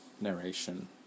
narration